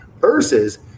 versus